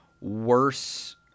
worse